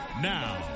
Now